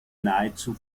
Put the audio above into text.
nahezu